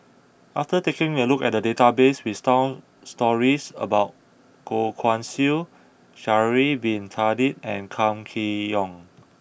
after taking a look at the database we found stories about Goh Guan Siew Sha'ari bin Tadin and Kam Kee Yong